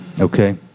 Okay